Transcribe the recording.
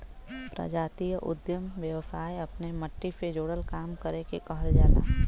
प्रजातीय उद्दम व्यवसाय अपने मट्टी से जुड़ल काम करे के कहल जाला